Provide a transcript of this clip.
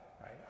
right